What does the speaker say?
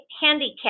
Handicap